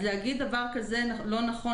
אז להגיד דבר כזה זה פשוט לא נכון,